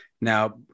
Now